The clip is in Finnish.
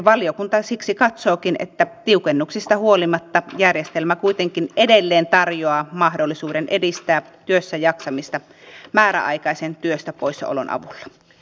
valiokunta katsookin siksi että tiukennuksista huolimatta järjestelmä kuitenkin edelleen tarjoaa mahdollisuuden edistää työssäjaksamista määräaikaisen työstä poissaolon avulla